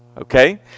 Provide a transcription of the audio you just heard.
okay